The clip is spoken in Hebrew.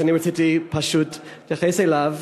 ואני רציתי פשוט להתייחס אליו.